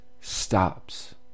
stops